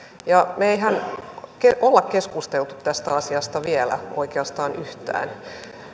ja mehän emme ole keskustelleet tästä asiasta vielä oikeastaan yhtään